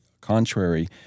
contrary